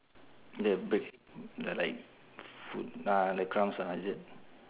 the break the like food ah the crumbs ah is it